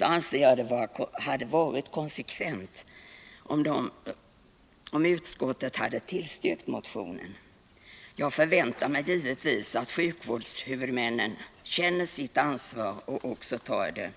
anser jag att det hade varit konsekvent att utskottet tillstyrkt motionen. Jag förväntar mig givetvis att sjukvårdshuvudmännen känner sitt ansvar och också tar det.